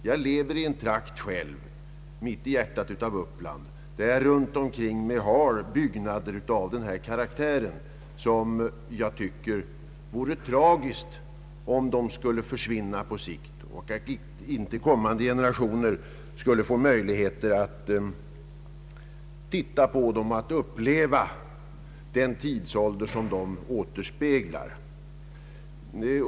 Jag lever själv i en trakt mitt i hjärtat av Uppland där det runtomkring finns byggnader av denna karaktär, och jag tycker att det vore tragiskt om de skulle försvinna på sikt så att kommande generationer inte skulle få möjligheter att titta på dem och uppleva den tidsålder som de återspeglar.